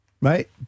right